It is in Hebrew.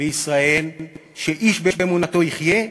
בישראל שאיש באמונתו יחיה,